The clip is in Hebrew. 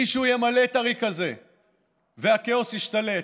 מישהו ימלא את הריק הזה והכאוס ישתלט.